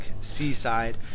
seaside